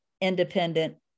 independent